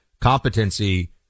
competency